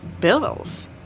bills